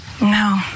No